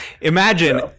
imagine